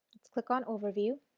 let's click on overview,